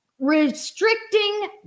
restricting